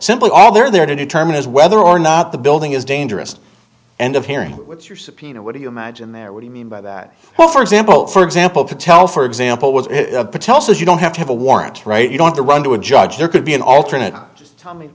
simply all they're there to determine is whether or not the building is dangerous and of hearing what's your subpoena what do you imagine there what you mean by that well for example for example patel for example was patel says you don't have to have a warrant right you don't the one to a judge there could be an alternate tommy